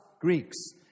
Greeks